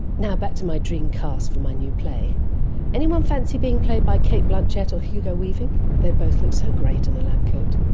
now, back to my dream cast for my new play. does anyone fancy being played by cate blanchett or hugo weaving? they both look so great in a lab coat.